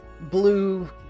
blue